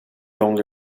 only